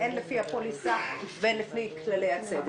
הן לפי הפוליסה והן לפי כללי הצדק.